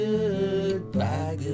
Goodbye